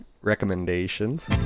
Recommendations